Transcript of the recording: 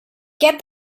get